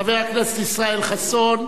חבר הכנסת ישראל חסון,